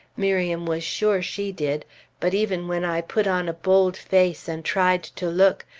miriam was sure she did but even when i put on a bold face, and tried to look,